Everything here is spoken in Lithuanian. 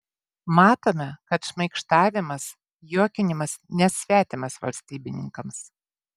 matome kad šmaikštavimas juokinimas nesvetimas valstybininkams